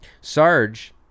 Sarge